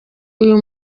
uyu